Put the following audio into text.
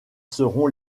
seront